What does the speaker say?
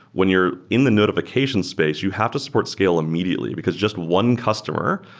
when you're in the notification space, you have to support scale immediately, because just one customer,